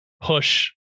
push